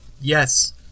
Yes